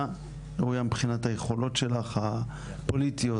ראויה ראויה מבחינת היכולות שלך הפוליטיות,